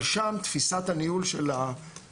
אבל שם תפיסת הניהול הרגולטורי,